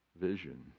Vision